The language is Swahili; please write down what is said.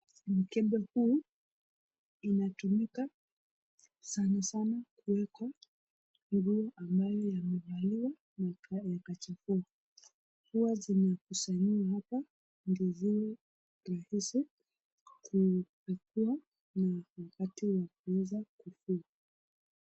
Mkebe huu inatumika sanasana kuwekwa nguo ambayo yamevaliwa na yakachafua. Huwa zimekusanyiwa hapa ndo iwe rahisi kupekua na wakati wa kuuza koni.